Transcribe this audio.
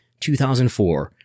2004